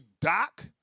Doc